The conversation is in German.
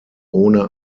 ohne